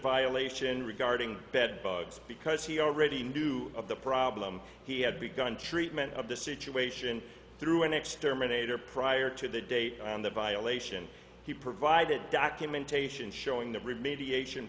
violation regarding bed bugs because he already knew of the problem he had begun treatment of the situation through an exterminator prior to the date on the violation he provided documentation showing the remediation